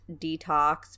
detox